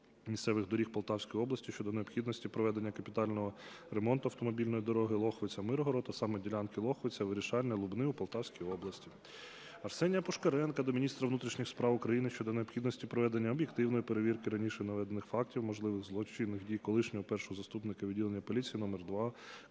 місцевих доріг Полтавської області" щодо необхідності проведення капітального ремонту автомобільної дороги Лохвиця-Миргород, а саме ділянки Лохвиця-Вирішальне-Лубни у Полтавській області. Арсенія Пушкаренка до міністра внутрішніх справ України щодо необхідності проведення об'єктивної перевірки раніше наведених фактів можливих злочинних дій колишнього першого заступника відділення поліції № 2